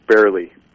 barely